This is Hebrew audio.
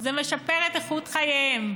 זה משפר את איכות חייהם.